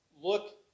look